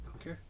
okay